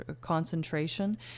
concentration